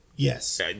Yes